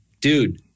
dude